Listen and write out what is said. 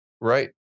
right